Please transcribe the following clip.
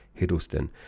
hiddleston